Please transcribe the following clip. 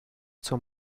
zur